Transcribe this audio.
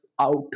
out